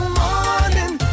morning